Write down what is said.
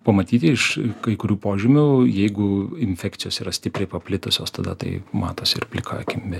pamatyti iš kai kurių požymių jeigu infekcijos yra stipriai paplitusios tada tai matosi ir plika akimi